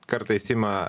kartais ima